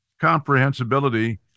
comprehensibility